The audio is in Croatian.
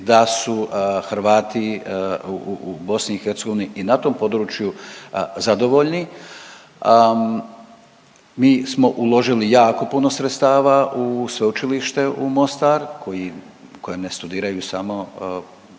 da su Hrvati u, u BiH i na tom području zadovoljni. Mi smo uložili jako puno sredstava u Sveučilište u Mostaru koji, na kojem ne študiraju samo študenti